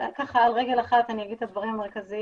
על רגל אחת אני אגיד את הדברים המרכזיים,